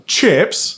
Chips